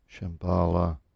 Shambhala